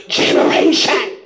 generation